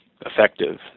effective